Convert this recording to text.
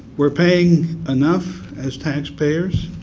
we're paying enough as tax payers.